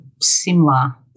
similar